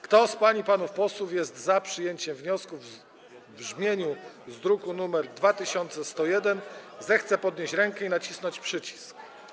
Kto z pań i panów posłów jest za przyjęciem wniosku w brzmieniu z druku nr 2101, zechce podnieść rękę i nacisnąć przycisk.